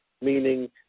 meaning